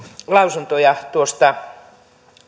lausuntoja tuosta